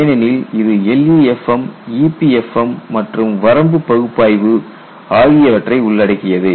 ஏனெனில் இது LEFM EPFM மற்றும் வரம்பு பகுப்பாய்வு ஆகியவற்றை உள்ளடக்கியது